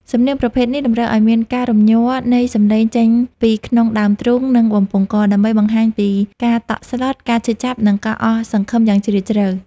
សំនៀងប្រភេទនេះតម្រូវឱ្យមានការរំញ័រនៃសំឡេងចេញពីក្នុងដើមទ្រូង និងបំពង់ក ដើម្បីបង្ហាញពីការតក់ស្លុត ការឈឺចាប់ និងការអស់សង្ឃឹមយ៉ាងជ្រាលជ្រៅ។